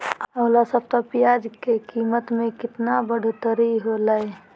अगला सप्ताह प्याज के कीमत में कितना बढ़ोतरी होलाय?